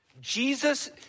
Jesus